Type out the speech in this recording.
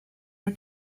are